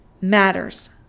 matters